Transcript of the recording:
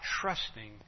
trusting